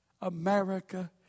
America